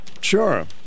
sure